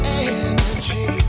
energy